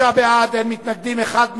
25 בעד, אין מתנגדים, אחד נמנע,